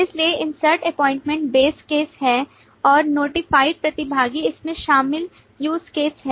इसलिए insert appointment base case है और नोटिफ़ाइड प्रतिभागी इसमें शामिल use caseहै